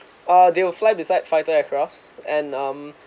uh they will fly beside fighter aircrafts and um